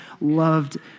loved